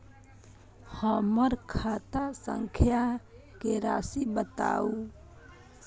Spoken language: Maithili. हमर खाता संख्या के राशि बताउ